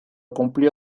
cumplió